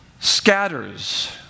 Scatters